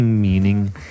meaning